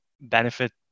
benefit